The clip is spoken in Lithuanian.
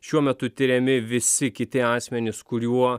šiuo metu tiriami visi kiti asmenys kuriuo